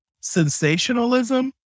sensationalism